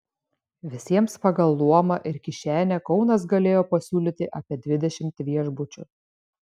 visiems pagal luomą ir kišenę kaunas galėjo pasiūlyti apie dvidešimt viešbučių